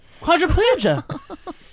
quadriplegia